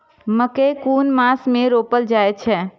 मकेय कुन मास में रोपल जाय छै?